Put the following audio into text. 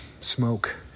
smoke